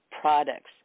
products